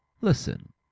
Listen